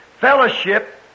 fellowship